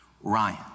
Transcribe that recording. Ryan